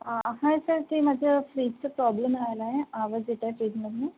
आ hi sir ते माझा फ्रीजचा प्रॉब्लेम झाला आहे आवाज येत आहे फ्रीजमधून